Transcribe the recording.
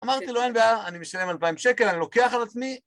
אמרתי לו, אין בעיה, אני משלם אלפיים שקל, אני לוקח על עצמי.